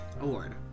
Award